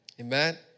Amen